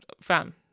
Fam